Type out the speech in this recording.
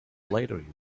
later